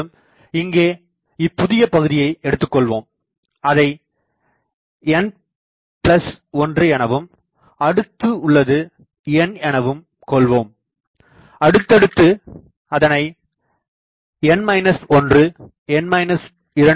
மேலும் இங்கே இப்புதிய பகுதியை எடுத்துக்கொள்வோம் அதை n1 எனவும் அடுத்து உள்ளது n எனவும் கொள்வோம் அடுத்தடுத்து அதனை n 1 n 2